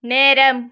நேரம்